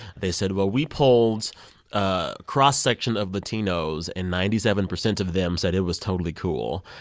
they said, well, we polled a cross-section of latinos. and ninety seven percent of them said it was totally cool.